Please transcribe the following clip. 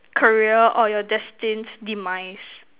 career or your destined demise